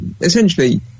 essentially